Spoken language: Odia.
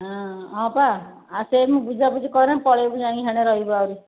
ହଁ ହଁ ପା ଆ ସେ ମୁଁ ବୁଝା ବୁଝି କରେ ପଳେଇବକୁ ଯାଇକି ସିଆଡ଼େ ରହିବୁ ଆହୁରି